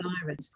virus